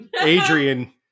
Adrian